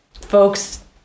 folks